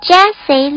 Jesse